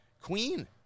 Queen